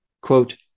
Quote